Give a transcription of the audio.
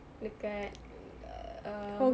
dekat err